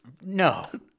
No